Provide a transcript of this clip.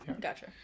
gotcha